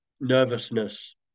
nervousness